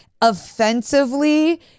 offensively